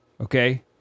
Okay